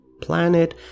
planet